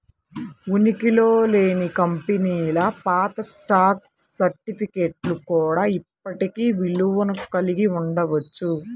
ఉనికిలో లేని కంపెనీల పాత స్టాక్ సర్టిఫికేట్లు కూడా ఇప్పటికీ విలువను కలిగి ఉండవచ్చు